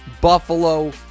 Buffalo